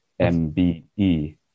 MBE